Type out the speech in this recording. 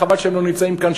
חבל שהם לא נמצאים כאן,